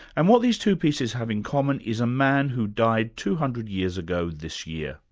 and what these two pieces have in common is a man who died two hundred years ago this year,